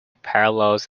parallels